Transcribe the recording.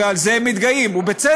הרי על זה הם מתגאים, ובצדק.